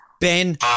Ben